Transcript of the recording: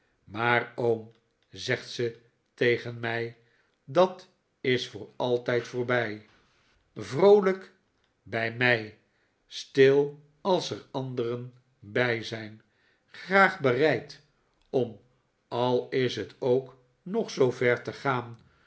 als er anderen bij zijn graag bereid om al is het ook nog zoo ver te gaan